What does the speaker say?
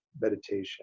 meditation